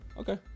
Okay